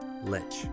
Lynch